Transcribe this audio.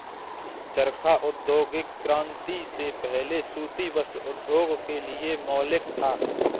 चरखा औद्योगिक क्रांति से पहले सूती वस्त्र उद्योग के लिए मौलिक था